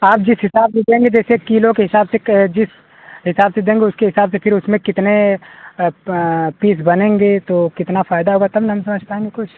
आप जिस हिसाब से देंगे जैसे किलो के हिसाब जिस हिसाब से देंगे उसके हिसाब से फिर उसमें कितने पीस बनेंगे तो कितना फायदा होगा तब ना हम समझ पाएँगे कुछ